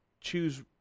choose